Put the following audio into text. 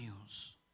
news